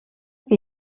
que